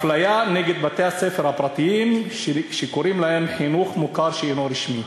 אפליה נגד בתי-הספר הפרטיים שקוראים להם חינוך מוכר שאינו רשמי.